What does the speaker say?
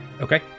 Okay